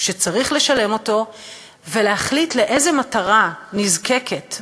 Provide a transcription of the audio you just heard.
שצריך לשלם אותו ולהחליט לאיזה מטרה נזקקת,